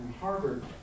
Harvard